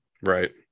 Right